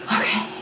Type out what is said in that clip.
Okay